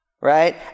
Right